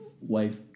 wife